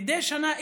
מדי שנה,